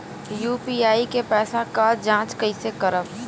UPI के पैसा क जांच कइसे करब?